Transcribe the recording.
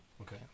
okay